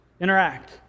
interact